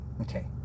okay